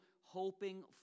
hoping